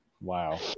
Wow